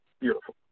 Beautiful